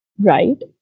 Right